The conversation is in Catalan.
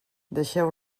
deixeu